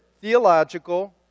theological